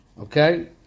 Okay